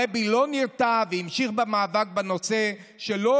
הרבי לא נרתע והמשיך במאבק בנושא שלא